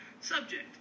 subject